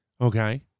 okay